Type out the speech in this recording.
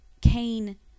Cain